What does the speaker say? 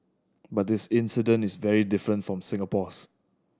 but this incident is very different from Singapore's